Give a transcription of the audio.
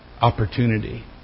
Opportunity